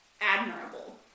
admirable